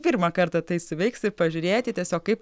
pirmą kartą tai suveiks ir pažiūrėti tiesiog kaip